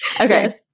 Okay